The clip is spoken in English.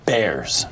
Bears